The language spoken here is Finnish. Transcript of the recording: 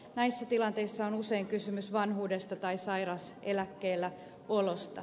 näissä tilanteissa on usein kysymys vanhuudesta tai sairauseläkkeellä olosta